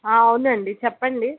అవునండి చెప్పండి